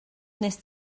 wnest